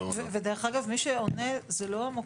דרך אגב, מי שעונה זה לא המוקד.